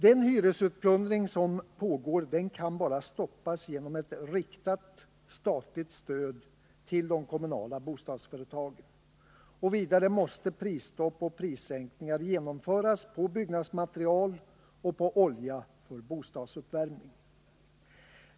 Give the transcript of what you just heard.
Den hyresutplundring som pågår kan bara stoppas genom ett riktat statligt stöd till de kommunala bostadsföretagen. Vidare måste prisstopp och prissänkningar genomföras på byggnadsmaterial och olja för bostadsuppvärmning.